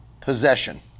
possession